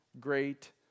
great